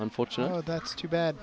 unfortunately that's too bad